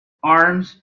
arms